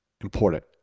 important